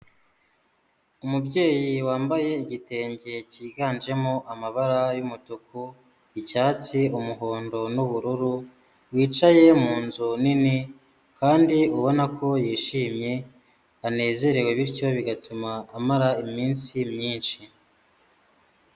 Umubyeyi wambaye igitenge cyiganjemo amabara y'umutuku, icyatsi, umuhondo n'ubururu, wicaye mu nzu nini kandi ubona ko yishimye anezerewe, bityo bigatuma amara iminsi myinshi.